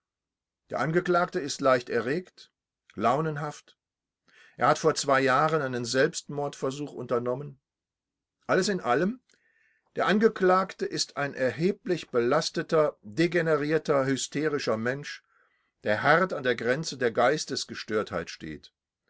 der angeklagte ist leicht erregt launenhaft er hat vor zwei jahren einen selbstmordversuch unternommen alles in allem der angeklagte ist ein erblich belasteter degenerierter hysterischer mensch der hart an der grenze der geistesgestörtheit störtheit steht